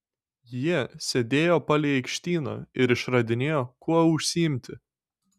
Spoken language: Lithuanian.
jie sėdėjo palei aikštyną ir išradinėjo kuo užsiimti